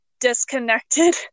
disconnected